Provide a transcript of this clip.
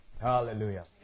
Hallelujah